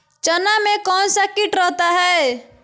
चना में कौन सा किट रहता है?